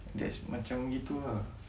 that's macam gitu lah